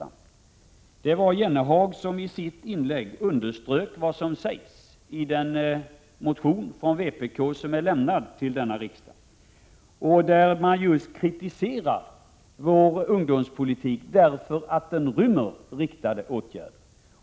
Jan Jennehag underströk bara i sitt inlägg vad som sägs i den motion som vpk har lämnat till detta riksmöte och där man just kritiserar vår ungdomspolitik därför den rymmer riktade åtgärder.